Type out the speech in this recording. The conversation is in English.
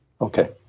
Okay